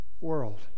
world